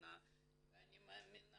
נכונה ואני מאמינה